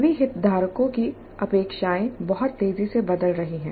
सभी हितधारकों की अपेक्षाएं बहुत तेजी से बदल रही हैं